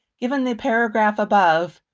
given the paragraph above,